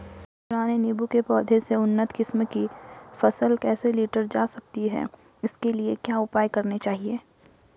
पुराने नीबूं के पौधें से उन्नत किस्म की फसल कैसे लीटर जा सकती है इसके लिए क्या उपाय करने चाहिए?